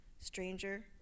Stranger